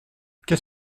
qu’est